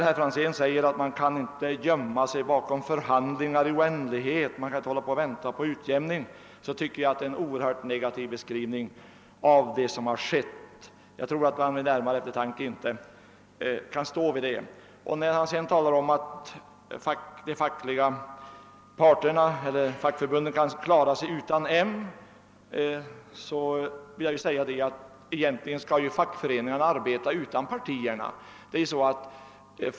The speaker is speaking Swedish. Herr Franzén sade att man inte kan gömma sig bakom förhandlingar i oändlighet och vänta på utjämning. Det ta är dock enligt min mening en oerhört negativ beskrivning av vad som skett. Vid närmare eftertanke kan han nog inte hålla fast vid den ståndpunkten. Vidare sade herr Franzén att fackförbunden nog klarar sig utan moderata samlingspartiet. Jag vill då påpeka att fackföreningarna egentligen skall arbeta utan partiernas inblandning.